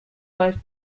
five